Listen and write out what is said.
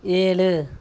ஏழு